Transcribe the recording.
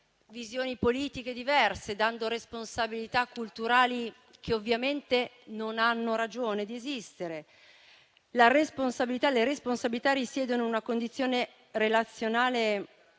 visioni politiche diverse, dando responsabilità culturali che ovviamente non hanno ragione di esistere. Le responsabilità risiedono in una condizione relazionale